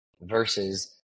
versus